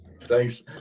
Thanks